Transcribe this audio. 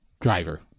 driver